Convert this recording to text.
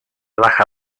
baja